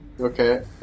Okay